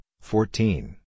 fourteen